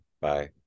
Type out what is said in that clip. Bye